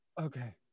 okay